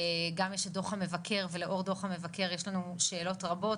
גם יש את דו"ח המבקר ולאור דו"ח המבקר יש לנו שאלות רבות,